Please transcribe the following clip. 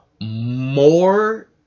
more